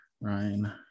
Ryan